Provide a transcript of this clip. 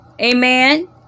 Amen